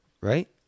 right